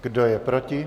Kdo je proti?